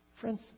Friends